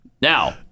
Now